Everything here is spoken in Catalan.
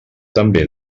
també